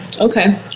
Okay